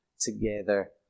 together